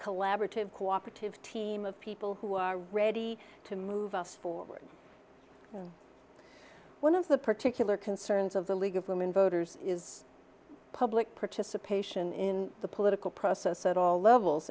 collaborative co operative team of people who are ready to move us forward and one of the particular concerns of the league of women voters is public participation in the political process at all levels